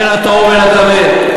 בין הטהור לבין הטמא.